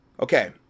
Okay